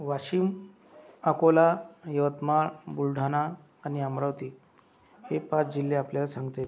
वाशिम अकोला यवतमाळ बुलढाणा आणि अमरावती हे पाच जिल्हे आपल्याला सांगते